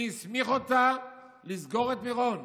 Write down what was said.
מי הסמיך אותה לסגור את מירון?